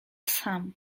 sam